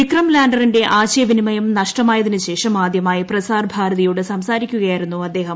വിക്രം ലാൻഡറിന്റെ ആശയവിനിമയം നഷ്ടമായതിനുശേഷം ആദ്യമായി പ്രസാർ ഭാരതിയോട് സംസാരിക്കുകയായിരുന്നു അദ്ദേഹം